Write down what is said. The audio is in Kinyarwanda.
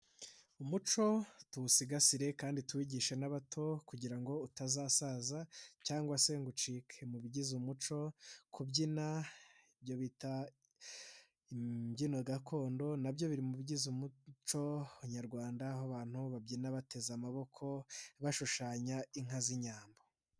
Umuco tuwusigasire kandi tubigishe n'abato kugira ngo utazasaza cyangwa se ngo ucike, mu bigize umuco kubyina ibyo bita imbyino gakondo na byo biri mu bigize umuco nyarwanda, aho abantu babyina bateze amaboko bashushanya inka z'inyambo.